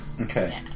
Okay